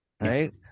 Right